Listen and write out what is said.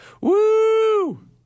Woo